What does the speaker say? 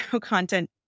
content